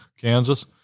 Kansas